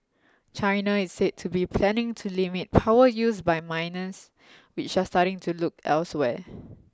China is said to be planning to limit power use by miners which are starting to look elsewhere